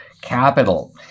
capital